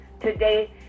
today